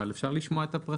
אבל אפשר לשמוע את הפרטים.